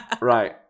Right